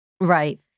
Right